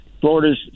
Florida's